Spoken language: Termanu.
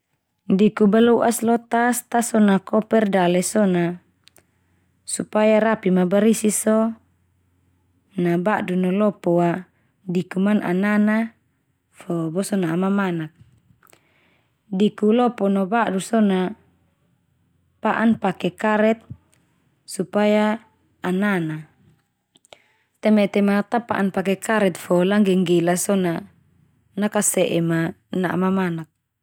Diku baloas lo tas ta so na koper dale so na supaya rapi ma barisi so, na badu no lopo a diku man anana fo boso na'a mamanak. Diku lopo no badu so na pa'an pake karet supaya anana. Te metema ta pa'an pake karet fo langgenggela so na nakase'e ma na'a mamanak.